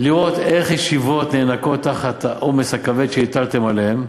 לראות איך ישיבות נאנקות תחת העומס הכבד שהטלתם עליהן,